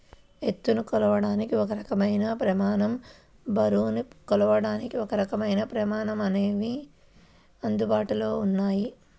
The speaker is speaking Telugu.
ఎత్తుని కొలవడానికి ఒక రకమైన ప్రమాణం, బరువుని కొలవడానికి ఒకరకమైన ప్రమాణం అనేవి అందుబాటులో ఉన్నాయి